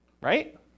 right